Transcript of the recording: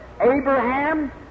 Abraham